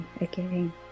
again